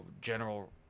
general –